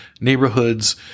neighborhoods